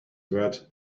word